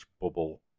bubble